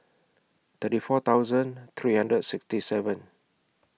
thirty four thousand three hundred and sixty seven